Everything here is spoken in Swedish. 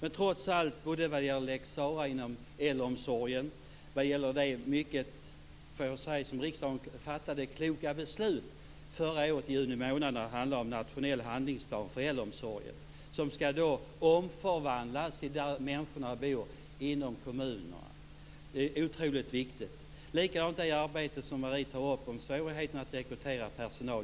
Vi talade om lex Sarah inom äldreomsorgen och om det som jag tycker mycket kloka beslut som riksdagen fattade i juni månad förra året. Det handlar om nationell handlingsplan för äldreomsorgen. Den skall omförvandlas där människorna bor - inom kommunerna. Det är otroligt viktigt. Samma sak gäller för det arbete Marie Engström tar upp när det gäller svårigheterna att rekrytera personal.